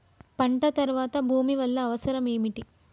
పంట తర్వాత భూమి వల్ల అవసరం ఏమిటి?